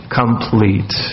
complete